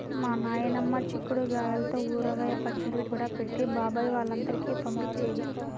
మా నాయనమ్మ చిక్కుడు గాయల్తో ఊరగాయ పచ్చడి కూడా పెట్టి బాబాయ్ వాళ్ళందరికీ పంపించేది